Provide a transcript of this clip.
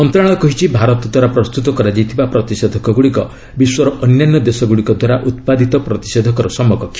ମନ୍ତ୍ରଣାଳୟ କହିଛି ଭାରତଦ୍ୱାରା ପ୍ରସ୍ତୁତ କରାଯାଇଥିବା ପ୍ରତିଷେଧକଗୁଡ଼ିକ ବିଶ୍ୱର ଅନ୍ୟାନ୍ୟ ଦେଶଗୁଡ଼ିକ ଦ୍ୱାରା ଉତ୍ପାଦିତ ପ୍ରତିଷେଧକର ସମକକ୍ଷ